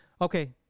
Okay